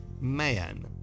man